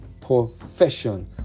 profession